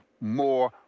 more